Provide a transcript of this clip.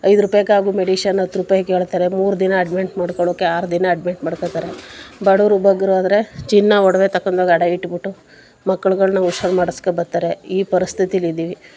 ಐದು ರೂಪಾಯಿಗೆ ಆಗೊ ಮೆಡಿಷನ್ ಹತ್ತು ರೂಪಾಯಿ ಕೇಳ್ತಾರೆ ಮೂರು ದಿನ ಅಡ್ಮಿಟ್ ಮಾಡ್ಕೊಳ್ಳೋಕ್ಕೆ ಆರು ದಿನ ಅಡ್ಮಿಟ್ ಮಾಡ್ಕೊಳ್ತಾರೆ ಬಡವರು ಬಗ್ಗರು ಆದರೆ ಚಿನ್ನ ಒಡವೆ ತಗೊಂಡು ಹೋಗಿ ಅಡ ಇಟ್ಬಿಟ್ಟು ಮಕ್ಕಳುಗಳನ್ನ ಹುಷಾರು ಮಾಡಿಸ್ಕೊ ಬರ್ತಾರೆ ಈ ಪರಿಸ್ಥಿತಿಲಿ ಇದ್ದೀವಿ